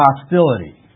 hostility